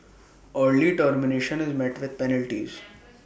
early termination is met with penalties